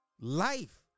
life